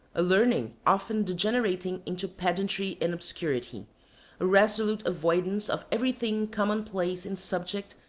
a learning often degenerating into pedantry and obscurity, a resolute avoidance of everything commonplace in subject,